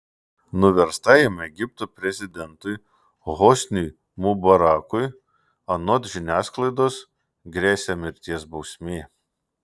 nuverstajam egipto prezidentui hosniui mubarakui anot žiniasklaidos gresia mirties bausmė